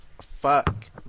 fuck